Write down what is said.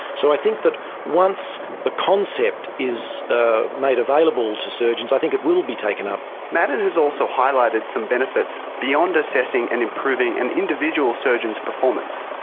so i think that once the concept is ah made available to surgeons, i think it will be taken up. maddern has also highlighted some benefits beyond assessing and improving an individual surgeon's performance.